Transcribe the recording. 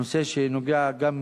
נושא שנוגע גם,